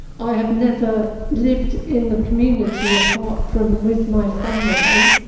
i have never lived in the community, apart from with my family,